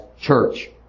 church